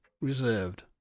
reserved